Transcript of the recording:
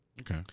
Okay